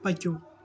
پٔکِو